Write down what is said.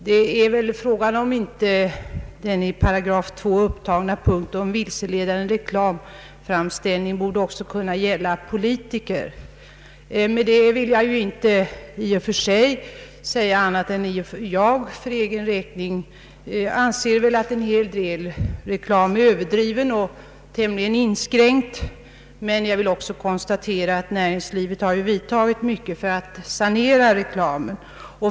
Det är väl fråga om inte den i 2 § upptagna punkten om vilseledande reklamframställning också borde kunna gälla för politiker. För egen del anser jag att åtskillig reklam är både överdriven och tämligen inskränkt, men jag konstaterar också ait näringslivet har vidtagit många åtgärder för att sanera reklamen.